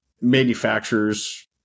manufacturers